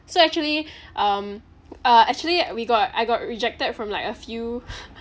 so actually um uh actually we got I got rejected from like a few